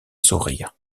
sourire